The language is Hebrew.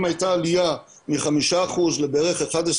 אם הייתה עלייה מחמישה אחוזים לבערך 11